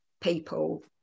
people